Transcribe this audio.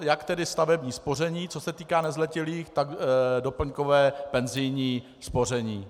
Jak tedy stavební spoření, co se týká nezletilých, tak doplňkové penzijní spoření.